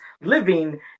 living